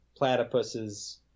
platypuses